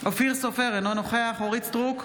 אופיר סופר, אינו נוכח אורית מלכה סטרוק,